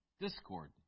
discord